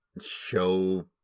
show